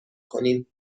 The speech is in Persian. کنیم